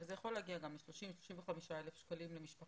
זה יכול להגיע גם ל-35,000-30,000 שקלים למשפחה.